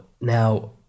Now